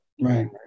Right